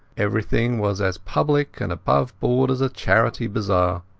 everything was as public and above-board as a charity bazaar.